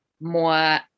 more